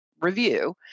review